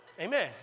Amen